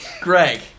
Greg